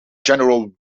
general